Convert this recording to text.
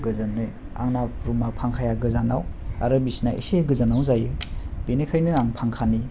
आंना रुमा फांखाया गोजानाव आरो बिसिनाया एसे गोजानाव जायो बेनिखायनो आं फांखानि